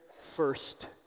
first